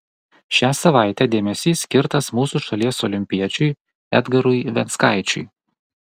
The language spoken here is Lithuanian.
šią savaitę dėmesys skirtas mūsų šalies olimpiečiui edgarui venckaičiui